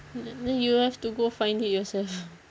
th~ then you have to go find it yourself